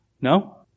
No